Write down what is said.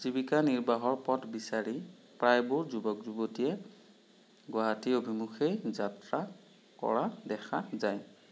জীৱিকা নিৰ্বাহৰ পথ বিচাৰি প্ৰায়বোৰ যুৱক যুৱতীয়ে গুৱাহাটী অভিমুখেই যাত্ৰা কৰা দেখা যায়